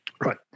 Right